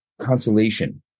consolation